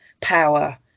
power